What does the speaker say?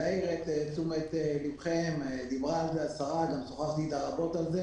דיברה על כך השרה, גם שוחחתי איתה רבות על זה